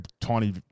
tiny